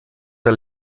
der